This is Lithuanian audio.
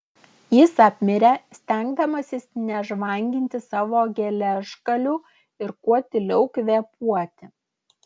jis apmirė stengdamasis nežvanginti savo geležgalių ir kuo tyliau kvėpuoti